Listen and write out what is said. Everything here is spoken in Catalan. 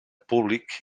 públic